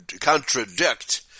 contradict